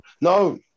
No